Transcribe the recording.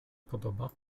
podoba